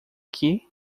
que